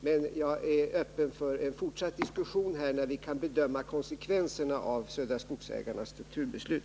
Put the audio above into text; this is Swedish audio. Men jag är öppen för en fortsatt diskussion när vi kan bedöma konsekvenserna av Södra Skogsägarna AB:s strukturbeslut.